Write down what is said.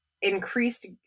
increased